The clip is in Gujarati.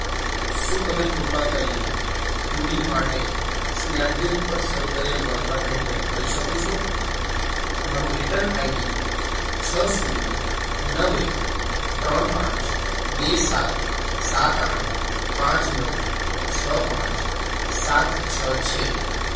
શું તમે કૃપા કરીને હૂડી માટે સ્નેપડીલ પર શરૂ કરેલ વળતરને ટ્રેક કરી શકો છો મારું રીટર્ન આઈડી છ શૂન્ય નવ એક ત્રણ પાંચ બે સાત સાત આઠ પાંચ નવ છ પાંચ સાત છ છે